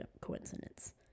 coincidence